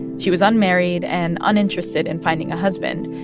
she was unmarried and uninterested in finding a husband.